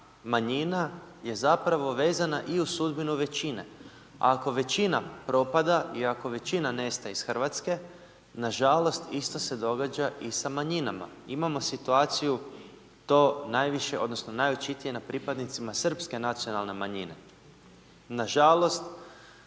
manjina je zapravo vezana i uz sudbinu većine. Ako većina propada i ako većina nestaje iz Hrvatske, nažalost, isto se događa i sa manjinama. Imamo situaciju, to najviše, odnosno najočitije na pripadnicima srpske nacionalne manjine. Nažalost,